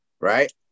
right